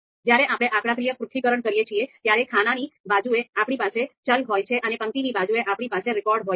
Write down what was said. જ્યારે આપણે આંકડાકીય પૃથ્થકરણ કરીએ છીએ ત્યારે ખાનાની બાજુએ આપણી પાસે ચલ હોય છે અને પંક્તિની બાજુએ આપણી પાસે રેકોર્ડ હોય છે